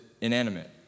inanimate